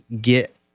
get